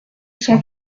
cent